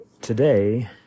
Today